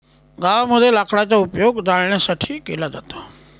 गावामध्ये लाकडाचा उपयोग जळणासाठी केला जातो